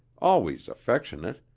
always affectionate,